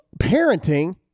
parenting